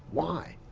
why?